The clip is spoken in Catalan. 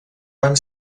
van